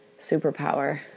superpower